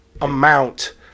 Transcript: amount